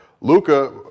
Luca